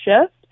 shift